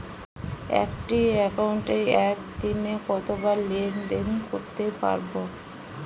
একটি একাউন্টে একদিনে কতবার লেনদেন করতে পারব?